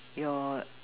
your